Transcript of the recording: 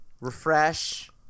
Refresh